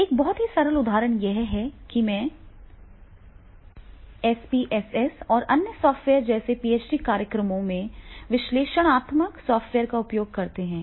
एक बहुत ही सरल उदाहरण यह है कि हम एसपीएसएस और अन्य सॉफ्टवेयर जैसे पीएचडी कार्यक्रमों में विश्लेषणात्मक सॉफ्टवेयर का उपयोग करते हैं